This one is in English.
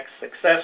success